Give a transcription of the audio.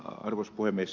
arvoisa puhemies